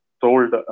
sold